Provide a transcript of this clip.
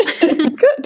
Good